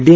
D